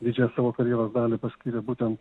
didžiąją savo karjeros dalį paskyrė būtent